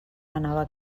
anava